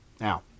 Now